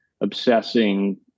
obsessing